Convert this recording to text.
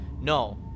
no